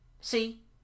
See